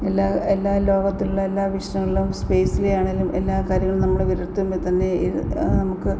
എല്ലാ എല്ലാ ലോകത്തിലുള്ള എല്ലാ വിഷയങ്ങളും സ്പേയ്സ്ലെയാണേലും എല്ലാ കാര്യങ്ങളും നമ്മുടെ വിരൽത്തുമ്പിൽത്തന്നെ ഇത് നമുക്ക്